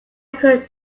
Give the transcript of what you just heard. could